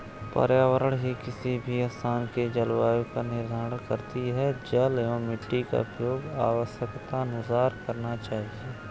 पर्यावरण ही किसी भी स्थान के जलवायु का निर्धारण करती हैं जल एंव मिट्टी का उपयोग आवश्यकतानुसार करना चाहिए